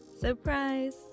surprise